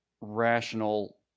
rational